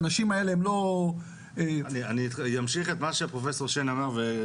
אני אמשיך את מה שפרופ' שיין אמר,